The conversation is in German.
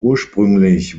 ursprünglich